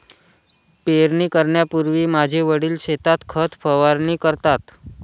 पेरणी करण्यापूर्वी माझे वडील शेतात खत फवारणी करतात